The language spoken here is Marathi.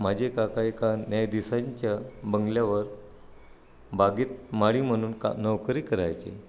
माझे काका एका न्यायाधीशांच्या बंगल्यावर बागेत माळी म्हणून का नोकरी करायचे